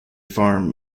farm